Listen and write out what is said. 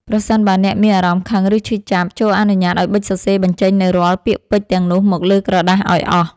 ប្រសិនបើអ្នកមានអារម្មណ៍ខឹង ឬឈឺចាប់ ចូរអនុញ្ញាតឱ្យប៊ិចសរសេរបញ្ចេញនូវរាល់ពាក្យពេចន៍ទាំងនោះមកលើក្រដាសឱ្យអស់។